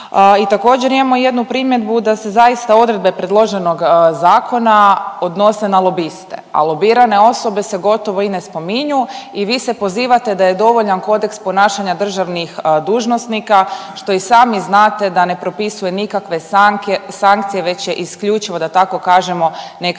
I također imamo jednu primjedbu da se zaista odredbe predloženog zakona odnose na lobiste, a lobirane osobe se gotovo i ne spominju i vi se pozivate da je dovoljan kodeks ponašanja državnih dužnosnika što i sami znate da ne propisuje nikakve sankcije već je isključivo da tako kažemo nekakvog,